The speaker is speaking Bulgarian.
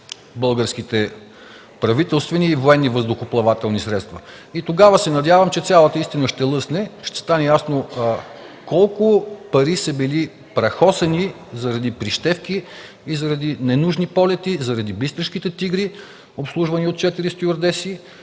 българските правителствени и военни въздухоплавателни средства. Тогава се надявам, че цялата истина ще лъсне, ще стане ясно колко пари са били прахосани заради прищевки и заради ненужни полети, заради „Бистришките тигри”, обслужвани от четири